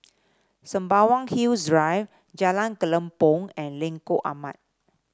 Sembawang Hills Drive Jalan Kelempong and Lengkok Empat